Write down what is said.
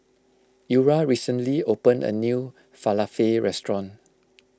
Eura recently opened a new Falafel restaurant